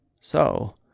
So